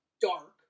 dark